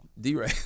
D-Ray